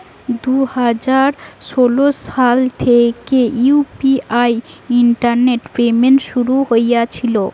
দুই হাজার ষোলো সাল থেকে ইউ.পি.আই ইন্টারনেট পেমেন্ট শুরু হয়েছিল